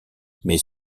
mais